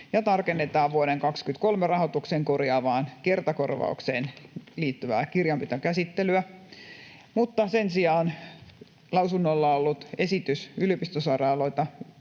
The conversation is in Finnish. tarkennetaan vuoden 23 rahoituksen korjaavaan kertakorvaukseen liittyvää kirjanpitokäsittelyä. Mutta sen sijaan lausunnolla ollut esitys yliopistosairaaloita